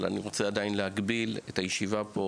אבל אני רוצה עדיין להגביל את הישיבה פה